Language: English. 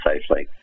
safely